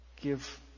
give